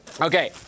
Okay